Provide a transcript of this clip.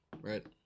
right